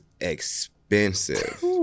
expensive